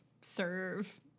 serve